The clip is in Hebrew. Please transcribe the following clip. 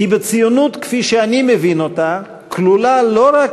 כי בציונות כפי שאני מבין אותה כלולה לא רק